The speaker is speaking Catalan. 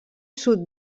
sud